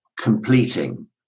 completing